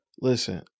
Listen